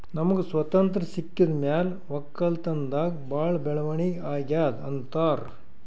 ನಮ್ಗ್ ಸ್ವತಂತ್ರ್ ಸಿಕ್ಕಿದ್ ಮ್ಯಾಲ್ ವಕ್ಕಲತನ್ದಾಗ್ ಭಾಳ್ ಬೆಳವಣಿಗ್ ಅಗ್ಯಾದ್ ಅಂತಾರ್